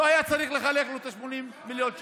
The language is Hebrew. לא היה צריך לחלק לו 80 מיליון שקל.